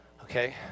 Okay